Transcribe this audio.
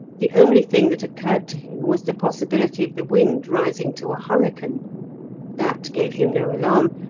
the only thing that occurred to him was the possibility of the wind rising to a hurricane that gave him no alarm,